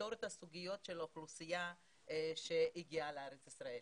לפתור את הסוגיות של האוכלוסייה שהגיעה לארץ ישראל.